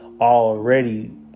already